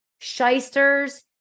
shysters